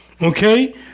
Okay